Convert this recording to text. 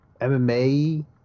MMA